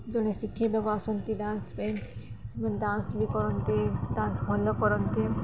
ଜଣେ ଶିଖାଇବାକୁ ଆସନ୍ତି ଡାନ୍ସ ପାଇଁ ସେମାନେ ଡାନ୍ସ ବି କରନ୍ତି ଡାନ୍ସ ଭଲ କରନ୍ତି